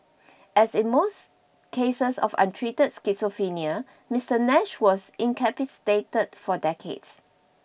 as in most cases of untreated schizophrenia Mister Nash was incapacitated for decades